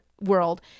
world